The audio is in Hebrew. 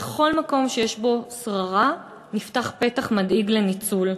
בכל מקום שיש בו שררה נפתח פתח מדאיג לניצול.